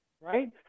right